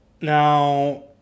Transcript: Now